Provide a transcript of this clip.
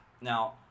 Now